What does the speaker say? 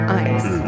ice